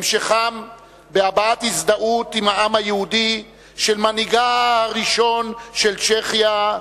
המשכם בהבעת הזדהות עם העם היהודי של מנהיגה הראשון של צ'כיה,